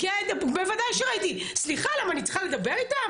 ואני לא צריכה לדאוג שעכשיו תהיה לו מיטה.